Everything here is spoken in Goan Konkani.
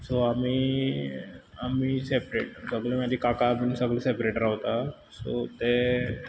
सो आमी आमी सेपरेट सगळे म्हाजे काका बीन सगळे सेपरेट रावता सो ते